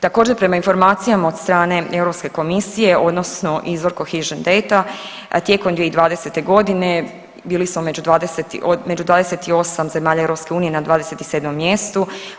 Također prema informacijama od strane Europske komisije odnosno izvor Cohesion Data tijekom 2020. godine bili smo među 20 od, među 28 zemalja EU na 27 mjestu.